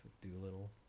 Doolittle